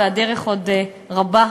והדרך עוד רבה.